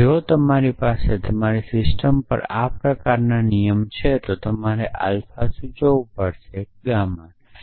જો તમારી પાસે તમારી સિસ્ટમ પર આ પ્રકારનો નિયમ છે તો તમારે આલ્ફા સૂચવવું પડશે ગામા છે